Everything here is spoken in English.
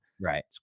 Right